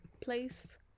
place